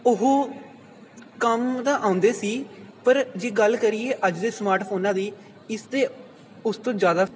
ਉਹ ਕੰਮ ਤਾਂ ਆਉਂਦੇ ਸੀ ਪਰ ਜੇ ਗੱਲ ਕਰੀਏ ਅੱਜ ਦੇ ਸਮਾਰਟ ਫੋਨਾਂ ਦੀ ਇਸ ਦੇ ਉਸ ਤੋਂ ਜ਼ਿਆਦਾ